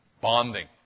bonding